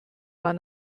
war